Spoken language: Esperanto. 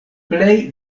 plej